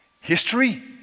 History